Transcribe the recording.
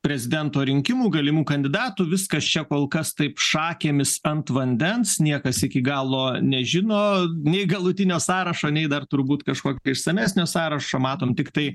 prezidento rinkimų galimų kandidatų viskas čia kol kas taip šakėmis ant vandens niekas iki galo nežino nei galutinio sąrašo nei dar turbūt kažkokio išsamesnio sąrašo matom tiktai